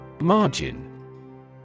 Margin